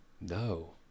No